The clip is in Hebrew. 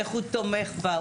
איך הוא תומך בה,